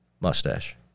mustache